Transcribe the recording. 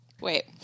Wait